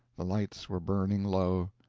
the lights were burning low.